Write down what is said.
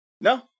No